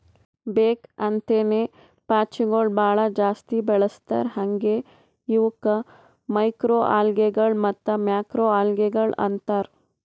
ಬೇಕ್ ಅಂತೇನೆ ಪಾಚಿಗೊಳ್ ಭಾಳ ಜಾಸ್ತಿ ಬೆಳಸ್ತಾರ್ ಹಾಂಗೆ ಇವುಕ್ ಮೈಕ್ರೊಅಲ್ಗೇಗಳ ಮತ್ತ್ ಮ್ಯಾಕ್ರೋಲ್ಗೆಗಳು ಅಂತಾರ್